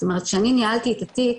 זאת אומרת שאני ניהלתי את התיק